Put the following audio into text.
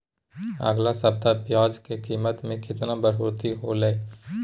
अगला सप्ताह प्याज के कीमत में कितना बढ़ोतरी होलाय?